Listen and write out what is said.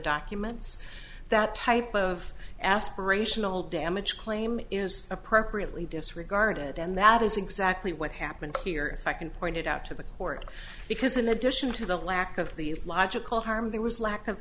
documents that type of aspirational damage claim is appropriately disregarded and that is exactly what happened here if i can point it out to the court because in addition to the lack of the logical harm there was lack of